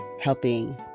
helping